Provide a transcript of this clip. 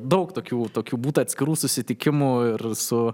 daug tokių tokių būta atskirų susitikimų ir su